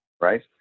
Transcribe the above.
right